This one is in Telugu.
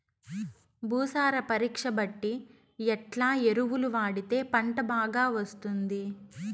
భూసార పరీక్ష బట్టి ఎట్లా ఎరువులు వాడితే పంట బాగా వస్తుంది?